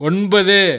ஒன்பது